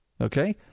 Okay